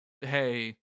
Hey